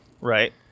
Right